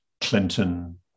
Clinton